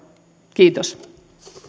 kiitos